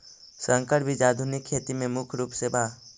संकर बीज आधुनिक खेती में मुख्य रूप से बा